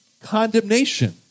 condemnation